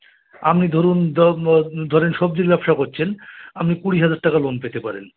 আপনি ধরুন দ ধরেন সবজির ব্যবসা করছেন আপনি কুড়ি হাজার টাকা লোন পেতে পারেন